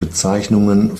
bezeichnungen